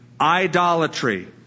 idolatry